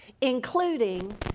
including